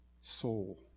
soul